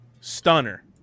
Stunner